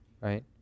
right